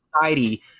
society